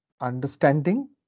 understanding